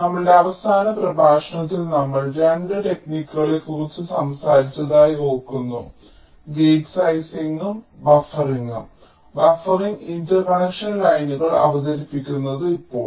നമ്മുടെ അവസാന പ്രഭാഷണത്തിൽ നമ്മൾ 2 ടെക്നിക്കുകളെക്കുറിച്ച് സംസാരിച്ചതായി ഓർക്കുന്നുവെങ്കിൽ ഗേറ്റ് സൈസിങ്ങ്ങും ബഫറിംഗും ബഫറിംഗ് ഇന്റർകണക്ഷൻ ലൈനുകൾ അവതരിപ്പിക്കുന്നു ഇപ്പോൾ